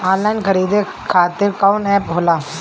Online खरीदे खातीर कौन एप होला?